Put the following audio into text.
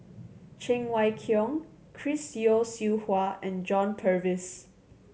Cheng Wai Keung Chris Yeo Siew Hua and John Purvis